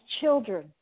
children